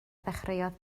ddechreuodd